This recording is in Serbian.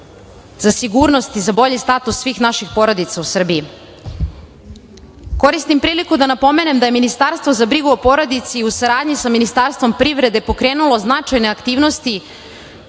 za sigurnost i za bolji status svih naših porodica u Srbiji. Koristim priliku da napomenem da je Ministarstvo za brigu o porodici, u saradnji sa Ministarstvom privrede, pokrenulo značajne aktivnosti